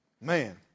man